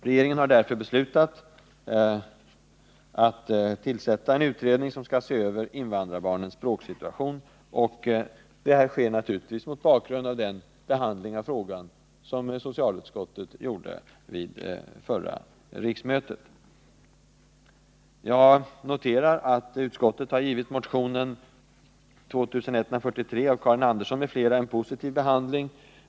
Regeringen har därför beslutat att tillsätta en utredning som skall se över invandrarbarnens språksituation. Det sker naturligtvis mot bakgrund av den behandling av frågan som ägde rum i socialutskottet under det förra riksmötet. Jag noterar att utskottet har givit motionen 2143 av Karin Andersson m.fl. en positiv behandling.